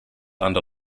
under